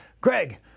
greg